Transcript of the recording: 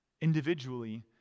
individually